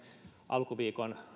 alkuviikon